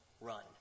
run